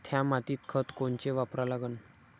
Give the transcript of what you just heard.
थ्या मातीत खतं कोनचे वापरा लागन?